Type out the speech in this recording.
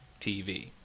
TV